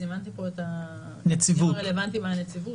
זימנתי פה את האנשים הרלוונטיים מהנציבות.